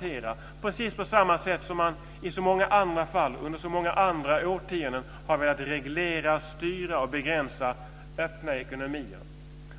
Det är precis på det sättet som man i många andra fall under många andra årtionden har velat reglera, styra och begränsa öppna ekonomier.